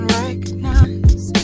recognize